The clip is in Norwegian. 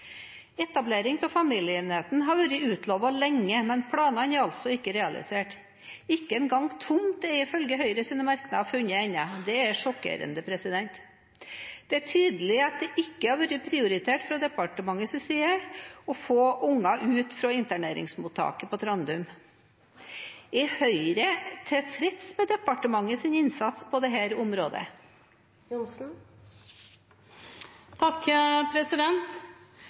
Etablering av familieenheten har vært lovet lenge, men planene er altså ikke realisert. Ikke engang tomt er ifølge Høyres merknad funnet ennå. Det er sjokkerende. Det er tydelig at det ikke har vært prioritert fra departementets side å få unger ut av interneringsmottaket på Trandum. Er Høyre tilfreds med departementets innsats på dette området? For det